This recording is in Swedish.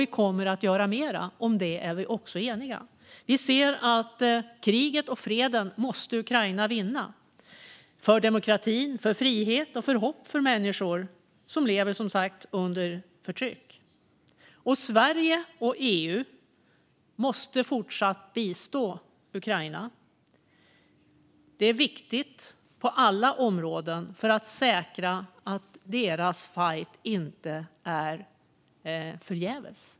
Vi kommer att göra mer. Om det är vi också eniga. Vi ser att Ukraina måste vinna kriget och freden för demokratin, frihet och hopp för människor som lever under förtryck. Sverige och EU måste fortsatt bistå Ukraina. Det är viktigt på alla områden för att säkra att deras fajt inte är förgäves.